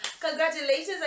congratulations